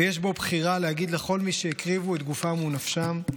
ויש בו בחירה להגיד לכל מי שהקריבו את גופם או נפשם: